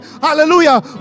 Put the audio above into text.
Hallelujah